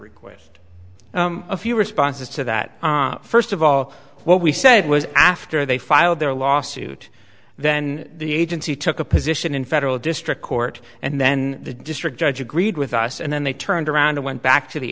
request a few responses to that first of all what we said was after they filed their lawsuit then the agency took a position in federal district court and then the district judge agreed with us and then they turned around and went back to the